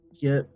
get